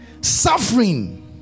suffering